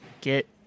get